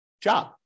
job